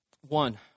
One